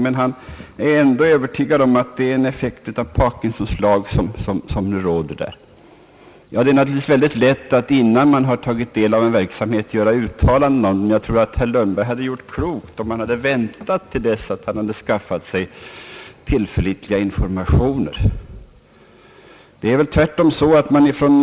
Ändå sade han sig vara övertygad om att »Parkinsons lag» råder inom företaget. Det är naturligtvis lätt att göra uttalanden om en verksamhet, innan man satt sig in i den, men jag tror att herr Lundberg hade gjort klokt i att vänta till dess han skaffat sig tillförlitliga informationer.